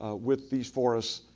with these forests,